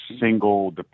single